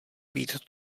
být